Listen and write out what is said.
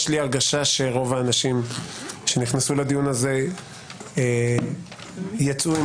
יש לי הרגשה שרוב האנשים שנכנסו לדיון הזה יצאו עם